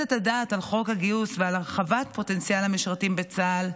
את הדעת על חוק הגיוס ועל הרחבת פוטנציאל המשרתים בצה"ל,